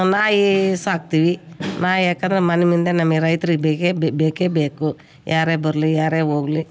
ನಾಯಿ ಸಾಕ್ತೀವಿ ನಾಯಿ ಯಾಕಂದ್ರೆ ಮನೆ ಮುಂದೆ ನಮಗೆ ರೈತ್ರಿಗೆ ಬೇಕೇ ಬೇಕೇ ಬೇಕು ಯಾರೇ ಬರಲಿ ಯಾರೇ ಹೋಗಲಿ